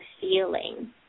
feeling